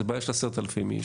זה בעיה של 10,000 איש,